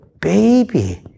baby